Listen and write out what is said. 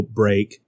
break